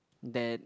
that